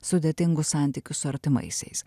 sudėtingus santykius su artimaisiais